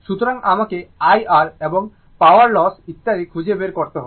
সুতরাং আমাকে IR এবং পাওয়ার লোস ইত্যাদি খুঁজে বের করতে হবে